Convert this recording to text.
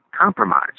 compromise